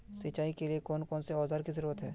सिंचाई के लिए कौन कौन से औजार की जरूरत है?